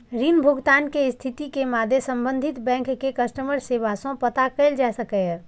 ऋण भुगतान के स्थिति के मादे संबंधित बैंक के कस्टमर सेवा सं पता कैल जा सकैए